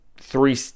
three